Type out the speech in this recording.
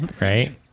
Right